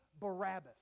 Barabbas